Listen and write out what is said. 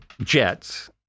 jets